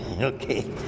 okay